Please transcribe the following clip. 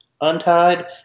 untied